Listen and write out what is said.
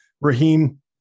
Raheem